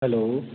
hello